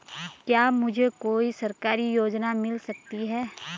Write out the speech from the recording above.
क्या मुझे कोई सरकारी योजना मिल सकती है?